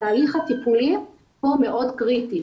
התהליך הטיפולי פה מאוד קריטי.